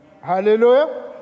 Hallelujah